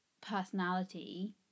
personality